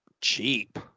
cheap